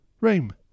room